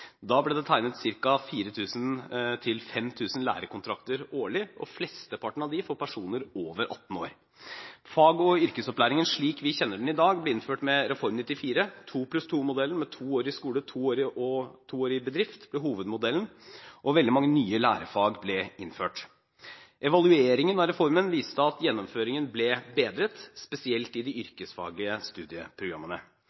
Da ble det tegnet ca. 4 000–5 000 lærekontrakter årlig, og flesteparten av dem for personer over 18 år. Fag- og yrkesopplæringen slik vi kjenner den i dag, ble innført med Reform 94. 2+2-modellen, med to år i skole og to år i bedrift, ble hovedmodellen, og veldig mange nye lærefag ble innført. Evalueringen av reformen viste at gjennomføringen ble bedret, spesielt i de yrkesfaglige studieprogrammene.